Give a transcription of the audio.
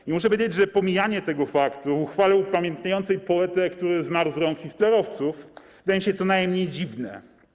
I muszę powiedzieć, że pomijanie tego faktu w uchwale upamiętniającej poetę, który zmarł z rąk hitlerowców, wydaje się co najmniej dziwne.